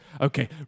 Okay